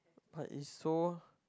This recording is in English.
but is so